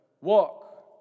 walk